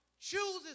chooses